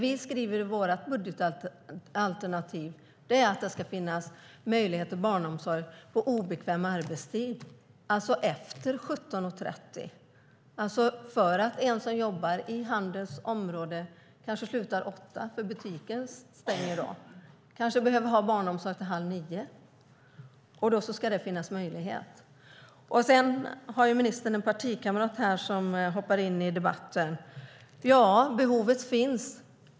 Vi skriver i vårt budgetalternativ att det ska finnas möjlighet till barnomsorg på obekväm arbetstid, det vill säga efter 17.30. En som jobbar inom handeln kanske slutar 8 när butiken stänger. Den personen behöver ha omsorg till halv 9. Ministern har en partikamrat här som hoppade in i debatten. Ja, behovet finns.